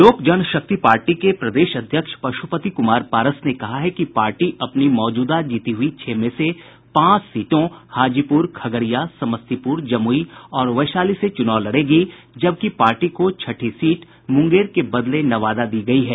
लोक जनशक्ति पार्टी के प्रदेश अध्यक्ष पश्रपति कुमार पारस ने कहा है कि पार्टी अपनी मौजूदा जीती हुई छह में से पांच सीटों हाजीपुर खगड़िया समस्तीपुर जमुई और वैशाली से चुनाव लड़ेगी जबकि पार्टी को छठी सीट मुंगेर के बदले नवादा दी गयी है